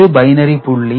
இது பைனரி புள்ளி